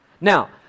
Now